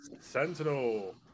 sentinel